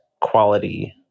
quality